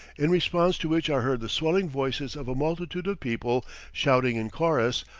in response to which are heard the swelling voices of a multitude of people shouting in chorus,